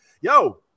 yo